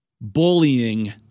bullying